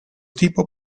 tipo